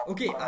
Okay